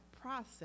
process